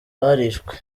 barishwe